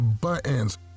buttons